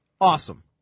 Awesome